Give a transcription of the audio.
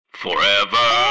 forever